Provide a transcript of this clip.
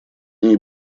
ней